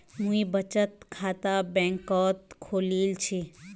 मुई बचत खाता बैंक़त खोलील छि